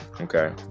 Okay